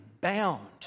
bound